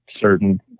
certain